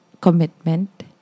commitment